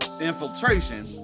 infiltration